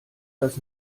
das